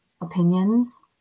opinions